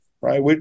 right